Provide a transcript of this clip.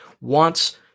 wants